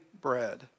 bread